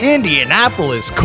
Indianapolis